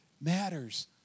matters